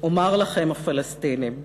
"אומר לכם, הפלסטינים: